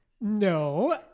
No